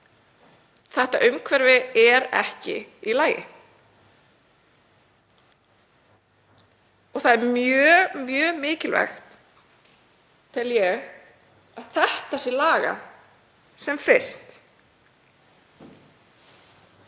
þetta umhverfi er ekki í lagi. Það er mjög mikilvægt, tel ég, að þetta sé lagað sem fyrst.